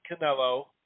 Canelo